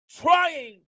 trying